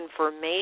information